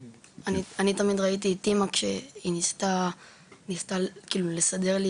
את אמא כשהיא ניסתה לסדר לי